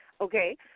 Okay